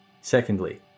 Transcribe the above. Secondly